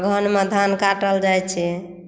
अगहनमे धान काटल जाइत छै